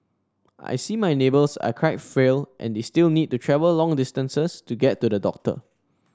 I see my neighbours are quite frail and they still need to travel long distances to get to the doctor